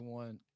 one